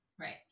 Right